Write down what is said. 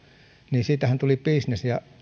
niin siitähän tuli bisnes ja